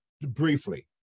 Briefly